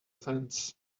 fence